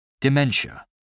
dementia